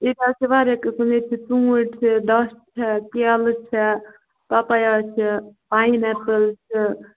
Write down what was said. ییٚتہِ حظ چھِ واریاہ قٕسٕم ییٚتہِ چھِ ژوٗنٛٹھۍ تہِ دَچھ چھےٚ کیلہٕ چھےٚ پَپَیا چھِ پاین ایپُل چھےٚ